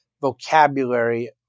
vocabulary